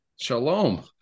Shalom